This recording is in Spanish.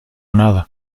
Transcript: nada